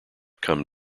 come